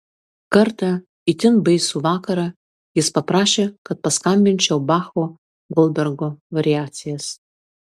kartą itin baisų vakarą jis paprašė kad paskambinčiau bacho goldbergo variacijas